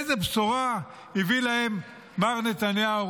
איזו בשורה הביא להם מר נתניהו,